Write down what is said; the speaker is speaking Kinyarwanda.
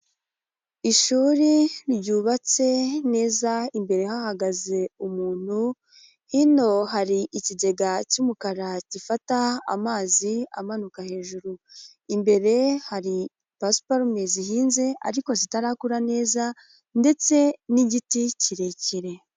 Ishuri ryubatse neza imbere hahagaze umuntu, hino hari ikigega cy'umukara gifata amazi amanuka hejuru, imbere hari pasuparume zihinze ariko zitarakura neza ndetse n'igiti kirekire.